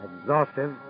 exhaustive